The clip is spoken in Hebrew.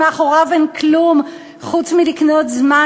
שמאחוריו אין כלום חוץ מלקנות זמן